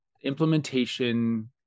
implementation